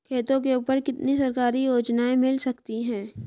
खेतों के ऊपर कितनी सरकारी योजनाएं मिल सकती हैं?